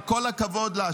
עם כל הכבוד לה,